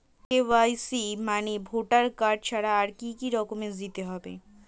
KYC মানে voter card ছাড়া আর কি কি ডকুমেন্ট দিতে হবে?